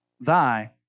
Thy